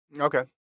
Okay